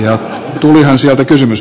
ja tulihan sieltä kysymys